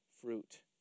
fruit